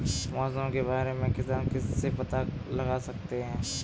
मौसम के बारे में किसान किससे पता लगा सकते हैं?